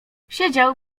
siedział